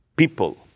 People